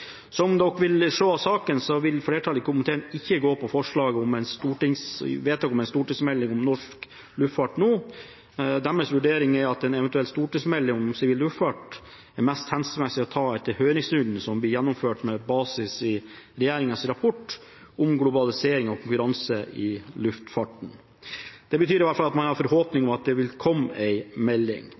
Som man vil se av saken, vil flertallet i komiteen ikke gå inn for et vedtak om en stortingsmelding om norsk luftfart nå. Deres vurdering er at en eventuell stortingsmelding om sivil luftfart er mest hensiktsmessig å ta etter høringsrunden som vil bli gjennomført med basis i regjeringens rapport om globalisering og konkurranse i luftfarten. Det betyr i hvert fall at man har forhåpninger om at det vil komme en melding.